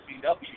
CW